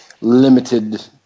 limited